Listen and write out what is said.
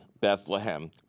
Bethlehem